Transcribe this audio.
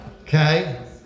Okay